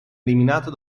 eliminato